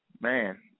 man